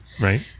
Right